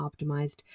optimized